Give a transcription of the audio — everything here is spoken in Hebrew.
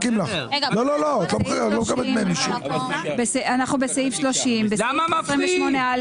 הסתייגות מספר 30. בסעיף 28א,